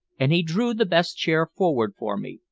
and he drew the best chair forward for me,